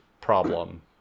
problem